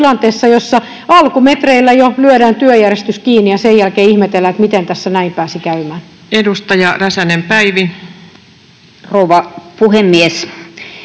jossa alkumetreillä jo lyödään työjärjestys kiinni, ja sen jälkeen ihmetellään, että miten tässä näin pääsi käymään. Rouva puhemies!